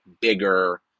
bigger